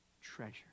treasure